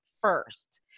first